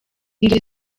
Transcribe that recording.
inzozi